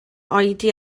oedi